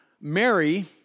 Mary